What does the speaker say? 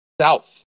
South